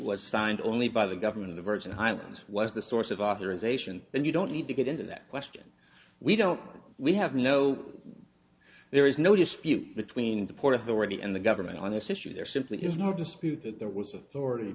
was signed only by the government of the virgin islands was the source of authorization and you don't need to get into that question we don't we have no there is no dispute between the port authority and the government on this issue there simply is no dispute that there was a story